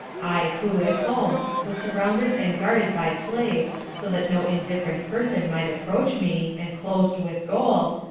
i who, at home, was surrounded and guarded by slaves, so that no indifferent person might approach me, and clothed with gold,